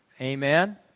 Amen